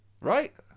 right